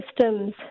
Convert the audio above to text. systems